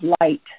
light